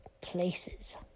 places